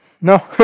No